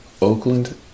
Oakland